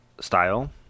style